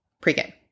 Pre-game